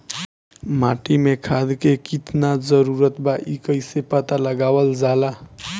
माटी मे खाद के कितना जरूरत बा कइसे पता लगावल जाला?